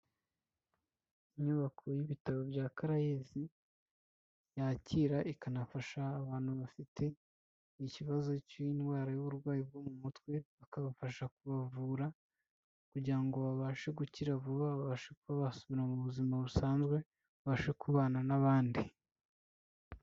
Inyubako y'ibitaro bya CARAES yakira ikanafasha abantu bafite ikibazo cy'indwara y'uburwayi bwo mu mutwe, bakabafasha kubavura kugira ngo babashe gukira vuba babashe kuba basubira mu buzima busanzwe, babashe kubana n'abandi.